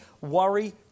Worry